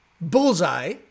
bullseye